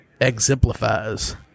exemplifies